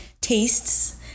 tastes